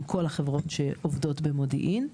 עם כל החברות שעובדות במודיעין.